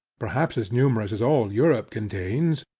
perhaps as numerous as all europe contains,